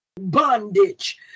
bondage